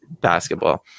basketball